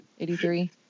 83